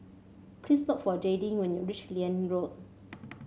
please look for Jadyn when you reach Liane Road